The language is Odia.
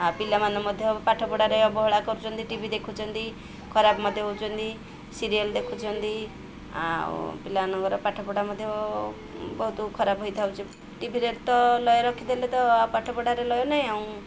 ଆଉ ପିଲାମାନେ ମଧ୍ୟ ପାଠପଢ଼ାରେ ଅବହେଳା କରୁଚନ୍ତି ଟି ଭି ଦେଖୁଛନ୍ତି ଖରାପ ମଧ୍ୟ ହେଉଛନ୍ତି ସିରିଏଲ୍ ଦେଖୁଛନ୍ତି ଆଉ ପିଲାମାନଙ୍କର ପାଠପଢ଼ା ମଧ୍ୟ ବହୁତ ଖରାପ ହେଇଥାଉଛି ଟିଭିରେ ତ ଲୟ ରଖିଦେଲେ ତ ପାଠପଢ଼ାରେ ଲୟ ନାହିଁ ଆଉ